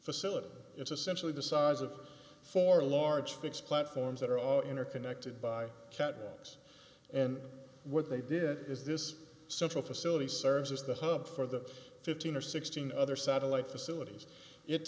facility it's essentially the size of four large fixed platforms that are all interconnected by catwalks and what they did is this central facility serves as the hub for the fifteen or sixteen other satellite facilities it